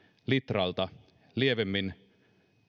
litralta lievemmin